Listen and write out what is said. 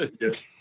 Yes